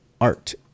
art